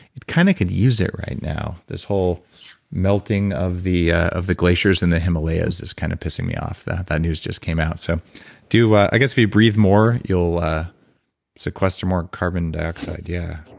it kind of could use it right now. this whole melting of the ah of the glaciers in the himalayas is kind of pissing me off. that that news just came out. so i guess if you breathe more, you'll sequester more carbon dioxide yeah.